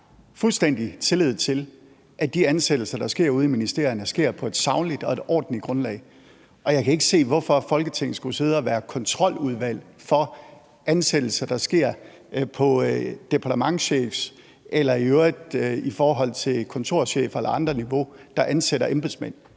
fuldstændig tillid til, at de ansættelser, der sker ude i ministerierne, sker på et sagligt og ordentligt grundlag, og jeg kan ikke se, hvorfor Folketinget skulle sidde og være kontroludvalg for ansættelser, der sker på departementschefniveau, eller i øvrigt i forhold til kontorchefer eller folk på andre niveauer, der ansætter embedsmænd.